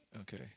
okay